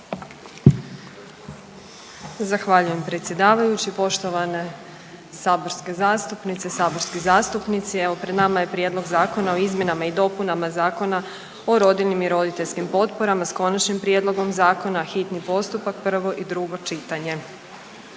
Zahvaljujem predsjedavajući. Poštovane saborske zastupnice, saborski zastupnici, evo pred nama je Prijedlog Zakona o izmjenama i dopunama Zakona o rodiljnim i roditeljskim potporama s konačnim prijedlogom zakona, hitni postupak, prvo i drugo čitanje.